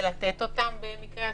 ולתת אותם במקרה הצורך.